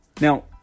Now